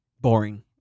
Boring